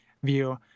view